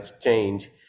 change